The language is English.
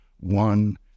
one